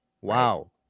Wow